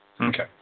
Okay